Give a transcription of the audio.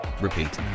repeat